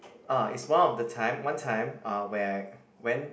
uh it's one of the time one time uh when I went